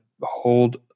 hold